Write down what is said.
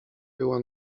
była